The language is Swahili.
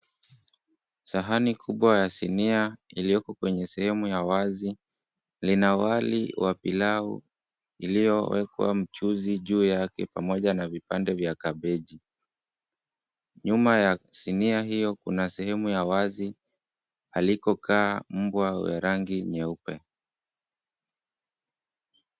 Sahani kubwa ya sinia, iliyoko kwenye sehemu ya wazi. Ina wali wa pilau iliyowekwa mchuzi juu yake, pamoja na vipande vya kabeji. Nyuma ya sinia hiyo kuna sehemu ya wazi, alikokaa mbwa wa rangi nyeupe.